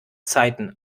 zeiten